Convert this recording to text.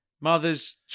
Mother's